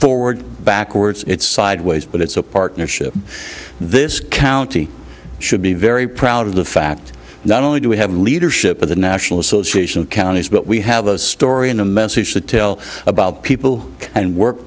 forward backwards it's sideways but it's a partnership this county should be very proud of the fact not only do we have the leadership of the national association of counties but we have a story in a message to tell about people and work